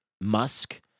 Musk